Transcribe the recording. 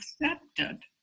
accepted